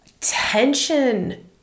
tension